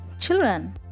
Children